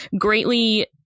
greatly